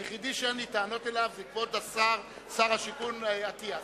היחידי שאין לי טענות אליו זה כבוד שר השיכון אטיאס.